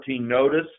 notice